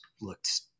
looked